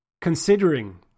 Considering